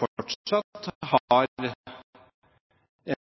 fortsatt har